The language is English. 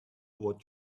what